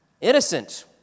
innocent